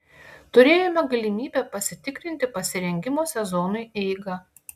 turėjome galimybę pasitikrinti pasirengimo sezonui eigą